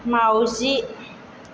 माउजि